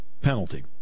Penalty